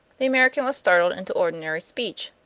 the american was startled into ordinary speech.